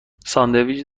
ساندویچ